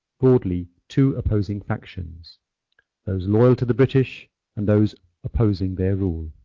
broadly, two opposing factions those loyal to the british and those opposing their rule.